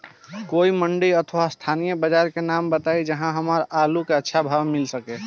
कोई मंडी अथवा स्थानीय बाजार के नाम बताई जहां हमर आलू के अच्छा भाव मिल सके?